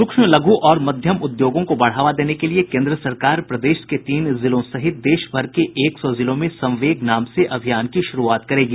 सूक्ष्म लघु और मध्यम उद्योगों को बढ़ावा देने के लिए केन्द्र सरकार प्रदेश के तीन जिलों सहित देश भर के एक सौ जिलों में संवेग नाम से अभियान की शुरूआत करेगी